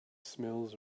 smells